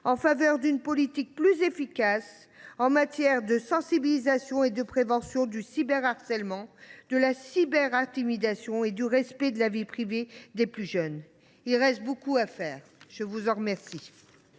en faveur d’une politique plus efficace en matière de sensibilisation, de prévention du cyberharcèlement et de la cyberintimidation, et de respect de la vie privée des plus jeunes. Il reste beaucoup à faire ! La parole